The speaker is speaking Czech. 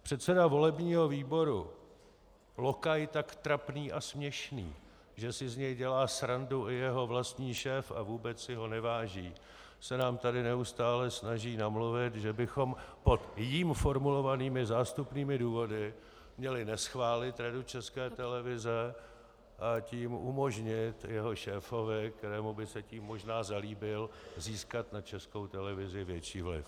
Předseda volebního výboru, lokaj tak trapný a směšný, že si z něj dělá srandu i jeho vlastní šéf a vůbec si ho neváží, se nám tady neustále snaží namluvit, že bychom pod jím formulovanými zástupnými důvody měli neschválit Radu České televize, a tím umožnit jeho šéfovi, kterému by se tím možná zalíbil, získat na Českou televizi větší vliv.